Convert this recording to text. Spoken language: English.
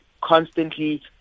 constantly